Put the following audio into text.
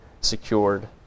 secured